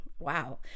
wow